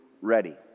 ready